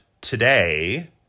today